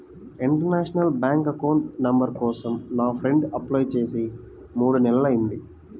international bank account number కోసం నా friend apply చేసి మూడు నెలలయ్యింది